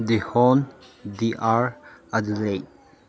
ꯗꯤꯍꯣꯟ ꯗꯤꯑꯥꯔ ꯑꯗꯂꯩ